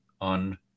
on